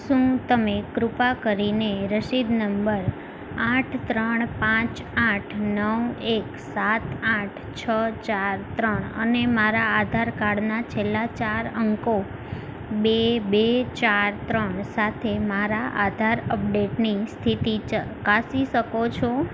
શું તમે કૃપા કરીને રસીદ નંબર આઠ ત્રણ પાંચ આઠ નવ એક સાત આઠ છ ચાર ત્રણ અને મારા આધાર કાર્ડના છેલ્લા ચાર અંકો બે બે ચાર ત્રણ સાથે મારા આધાર અપડેટની સ્થિતિ ચકાસી શકો છો